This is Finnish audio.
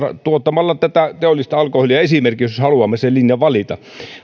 tuottamalla tätä teollista alkoholia esimerkiksi jos haluamme sen linjan valita